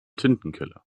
tintenkiller